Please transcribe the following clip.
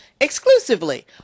exclusively